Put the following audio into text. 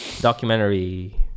documentary